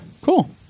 Cool